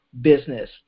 business